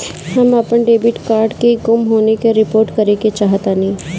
हम अपन debit card के गुम होने की रिपोर्ट करे चाहतानी